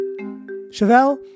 Chevelle